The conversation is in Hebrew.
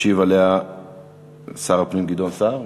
ישיב עליה שר הפנים גדעון סער?